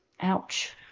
Ouch